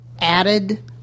added